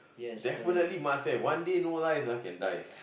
definitely must have one day no rice ah can die